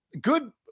Good